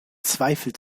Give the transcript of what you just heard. zweifel